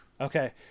Okay